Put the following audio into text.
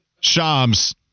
shams